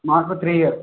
మాకు three years